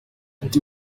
ati